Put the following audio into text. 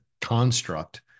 construct